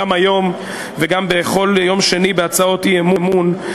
גם היום וגם בכל יום שני בהצעות אי-אמון,